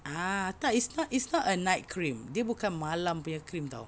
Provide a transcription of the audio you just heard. ah tak it's not it's not a night cream dia bukan malam punya cream [tau]